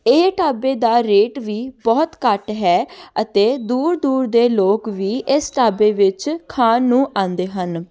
ਇਹ ਢਾਬੇ ਦਾ ਰੇਟ ਵੀ ਬਹੁਤ ਘੱਟ ਹੈ ਅਤੇ ਦੂਰ ਦੂਰ ਦੇ ਲੋਕ ਵੀ ਇਸ ਢਾਬੇ ਵਿੱਚ ਖਾਣ ਨੂੰ ਆਉਂਦੇ ਹਨ